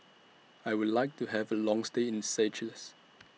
I Would like to Have A Long stay in Seychelles